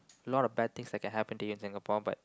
a lot of bad things that can happen to you in Singapore but